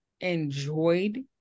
enjoyed